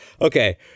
Okay